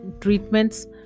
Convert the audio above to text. treatments